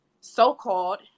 so-called